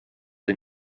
den